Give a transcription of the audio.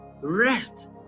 Rest